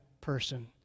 person